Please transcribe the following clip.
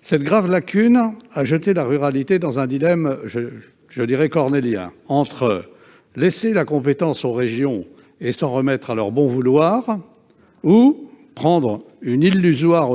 Cette grave lacune a jeté la ruralité dans un dilemme cornélien : laisser la compétence aux régions et s'en remettre à leur bon vouloir, ou bien prendre une autonomie illusoire,